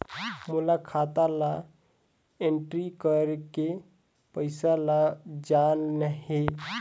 मोला खाता ला एंट्री करेके पइसा ला जान हे?